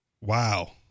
Wow